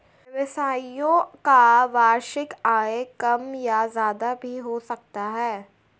व्यवसायियों का वार्षिक आय कम या ज्यादा भी हो सकता है